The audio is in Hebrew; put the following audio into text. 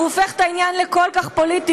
היא הופכת את העניין לכל כך פוליטי,